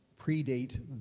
predate